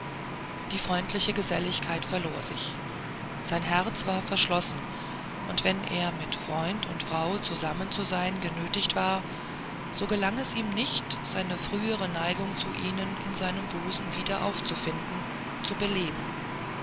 die freundliche geselligkeit verlor sich sein herz war verschlossen und wenn er mit freund und frau zusammenzusein genötigt war so gelang es ihm nicht seine frühere neigung zu ihnen in seinem busen wieder aufzufinden zu beleben